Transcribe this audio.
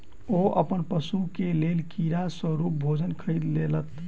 ओ अपन पशु के लेल कीड़ा स्वरूप भोजन खरीद लेलैत